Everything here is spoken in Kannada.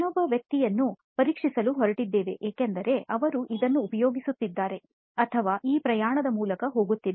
ಇನ್ನೊಬ್ಬ ವ್ಯಕ್ತಿಯನ್ನು ಪರೀಕ್ಷಿಸಲು ಹೊರಟ್ಟಿದ್ದೇವೆ ಏಕೆಂದರೆ ಅವರು ಇದನ್ನು ಉಪಯೋಗಿಸುತ್ತಿದ್ದಾರೆ ಅಥವಾ ಈ ಪ್ರಯಾಣದ ಮೂಲಕ ಹೋಗುತ್ತಿದ್ದಾರೆ